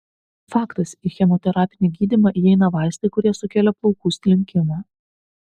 faktas į chemoterapinį gydymą įeina vaistai kurie sukelia plaukų slinkimą